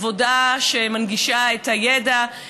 עבודה שמנגישה את הידע.